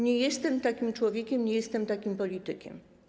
Nie jestem takim człowiekiem, nie jestem takim politykiem.